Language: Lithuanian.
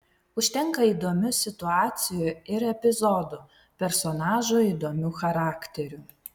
užtenka įdomių situacijų ir epizodų personažų įdomių charakterių